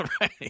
Right